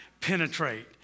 penetrate